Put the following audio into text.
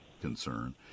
concern